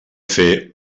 fer